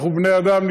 אנחנו בני-אדם,